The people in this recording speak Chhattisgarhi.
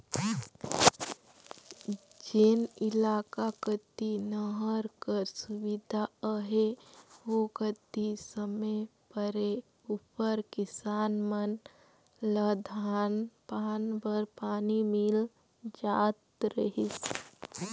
जेन इलाका कती नहर कर सुबिधा अहे ओ कती समे परे उपर किसान मन ल धान पान बर पानी मिल जात रहिस